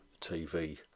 TV